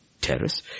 terrace